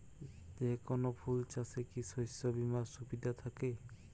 যেকোন ফুল চাষে কি শস্য বিমার সুবিধা থাকে?